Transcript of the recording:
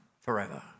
forever